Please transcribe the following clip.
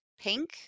pink